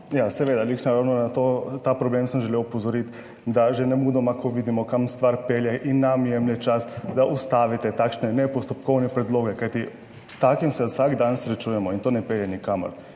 ne ravno na to, ta problem sem želel opozoriti, da že nemudoma, ko vidimo kam stvar pelje in nam jemlje čas, da ustavite takšne ne postopkovne predloge, kajti s takim se vsak dan srečujemo in to ne pelje nikamor